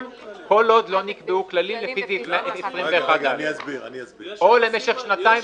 כל עוד לא נקבעו כללים לפי סעיף 21א או למשך שנתיים,